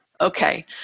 Okay